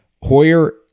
Hoyer